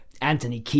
Anthony